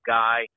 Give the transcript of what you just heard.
guy